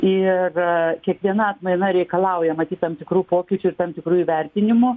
ir kiekviena atmaina reikalauja matyt tam tikrų pokyčių ir tam tikrų įvertinimų